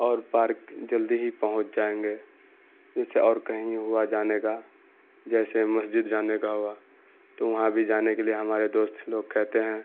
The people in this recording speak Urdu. اور پارک جلدی ہی پہنچ جائیں گے جیسے اور کہیں ہوا جانے کا جیسے مسجد جانے کا ہوا تو وہاں بھی جانے کے لیے ہمارے دوست لوگ کہتے ہیں